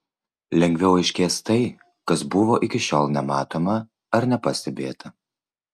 lengviau aiškės tai kas buvo iki šiol nematoma ar nepastebėta